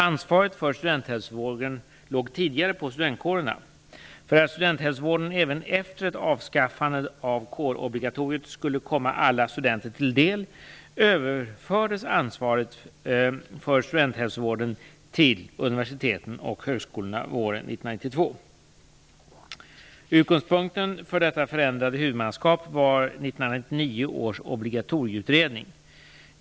Ansvaret för studenthälsovården låg tidigare på studentkårerna. För att studenthälsovården även efter ett avskaffande av kårobligatoriet skulle komma alla studenter till del överfördes ansvaret för studenthälsovården till universiteten och högskolorna våren 1992. Utgångspunkten för detta förändrade huvudmannaskap var 1989 års obligatorieutredning.